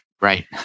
Right